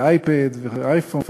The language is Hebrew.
אייפד ואייפון,